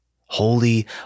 Holy